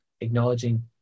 acknowledging